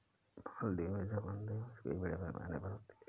मालदीव में समुद्री मात्स्यिकी बड़े पैमाने पर होती होगी